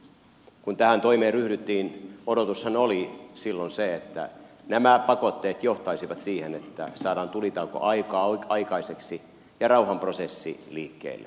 kun tähän toimeen ryhdyttiin odotushan oli silloin se että nämä pakotteet johtaisivat siihen että saadaan tulitauko aikaiseksi ja rauhanprosessi liikkeelle